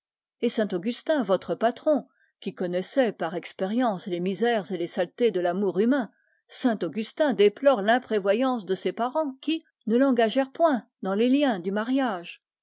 saint augustin votre patron qui connaissait par expérience les misères et les saletés de l'amour humain saint augustin déplore l'imprévoyance de ses parents qui ne l'engagèrent point dans les liens du mariage